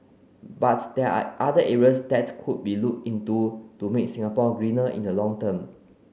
but there are other areas that could be looked into to make Singapore greener in the long term